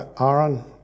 Aaron